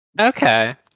Okay